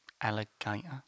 Alligator